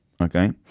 Okay